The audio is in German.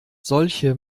solche